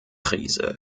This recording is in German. krise